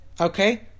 okay